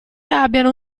abbiano